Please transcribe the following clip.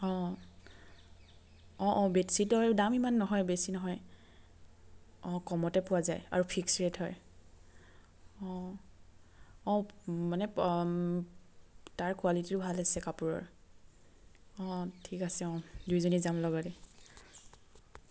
অঁ অঁ অঁ বেডশ্বিটৰ দাম ইমান নহয় বেছি নহয় অঁ কমতে পোৱা যায় আৰু ফিক্সড ৰেট হয় অঁ অঁ মানে তাৰ কোৱালিটিটো ভাল আছে কাপোৰৰ অঁ ঠিক আছে অঁ দুয়োজনী যাম লগতে